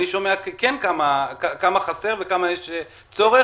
אני שומע כמה חסר וכמה יש צורך,